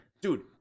dude